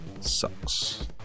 sucks